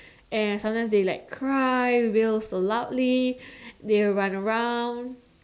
and sometimes they like cry wail so loudly and they will run around